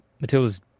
Matilda's